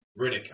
Riddick